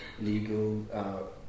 legal